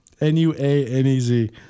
N-U-A-N-E-Z